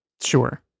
Sure